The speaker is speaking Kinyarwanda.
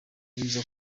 biza